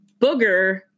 Booger